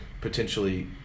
potentially